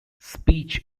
speech